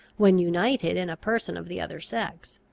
when united in a person of the other sex.